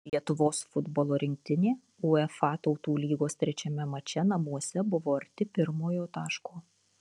lietuvos futbolo rinktinė uefa tautų lygos trečiame mače namuose buvo arti pirmojo taško